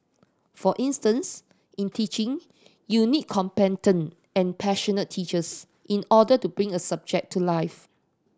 for instance in teaching you need competent and passionate teachers in order to bring a subject to life